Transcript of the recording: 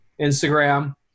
Instagram